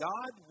God